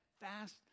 Fast